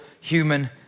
human